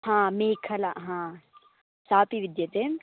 हा मेखला हा सापि विद्यते